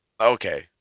Okay